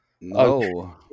No